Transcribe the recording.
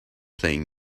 playing